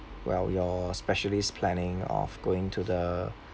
well your specialist planning of going to the